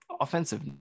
offensive